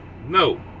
no